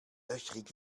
löchrig